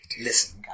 Listen